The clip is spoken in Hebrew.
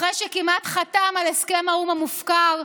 אחרי שכמעט חתם על הסכם האו"ם המופקר,